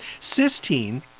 Cysteine